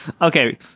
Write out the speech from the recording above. Okay